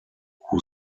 who